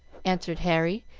answered harry,